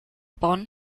bonn